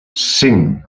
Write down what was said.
cinc